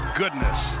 goodness